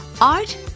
Art